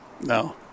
No